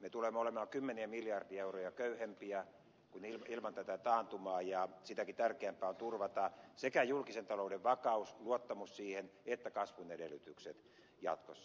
me tulemme olemaan kymmeniä miljardeja euroja köyhempiä kuin ilman tätä taantumaa ja sitäkin tärkeämpää on turvata julkisen talouden vakaus ja luottamus siihen että on kasvun edellytykset jatkossa